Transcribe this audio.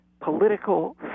political